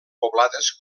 poblades